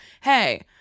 hey